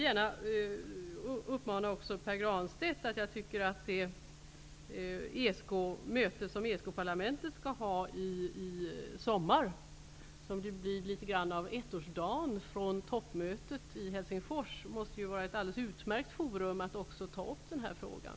Det möte som ESK parlamentet skall ha i sommar -- som nästan blir ettårsdagen av toppmötet i Helsingfors -- måste, Pär Granstedt, vara ett utmärkt forum för att ta upp även den här frågan.